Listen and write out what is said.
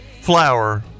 flower